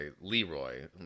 leroy